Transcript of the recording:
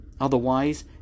otherwise